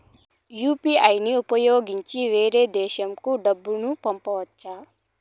UPI ని ఉపయోగించి వేరే దేశంకు డబ్బును పంపొచ్చా?